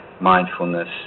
mindfulness